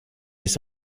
his